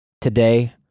today